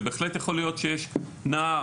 בהחלט יכול להיות שיש נער